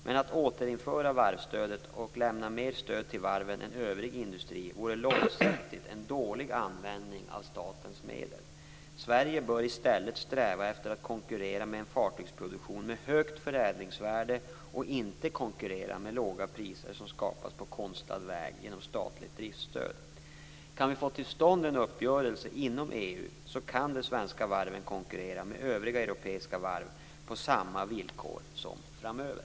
Men att återinföra varvsstödet och lämna mer stöd till varven än övrig industri vore långsiktigt en dålig användning av statens medel. Sverige bör i stället sträva efter att konkurrera med en fartygsproduktion med högt förädlingsvärde och inte konkurrera med låga priser som skapas på konstlad väg genom statligt driftsstöd. Kan vi få till stånd en uppgörelse inom EU så kan de svenska varven konkurrera med övriga europeiska varv på samma villkor framöver.